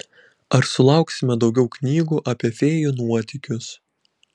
ar sulauksime daugiau knygų apie fėjų nuotykius